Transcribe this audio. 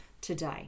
today